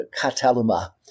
kataluma